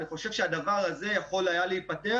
אני חושב שהדבר הזה יכול היה להיפתר